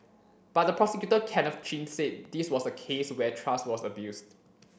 but the prosecutor Kenneth Chin said this was a case where trust was abused